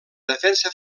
defensa